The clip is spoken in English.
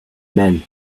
men